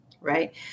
right